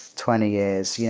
twenty years. yeah